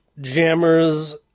Jammers